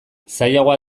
zailagoa